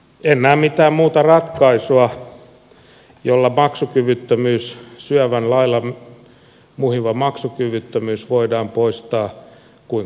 en näe mitään muuta ratkaisua jolla maksukyvyttömyys syövän lailla muhiva maksukyvyttömyys voidaan poistaa kuin konkurssi